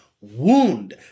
wound